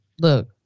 look